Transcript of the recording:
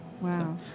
Wow